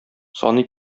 саный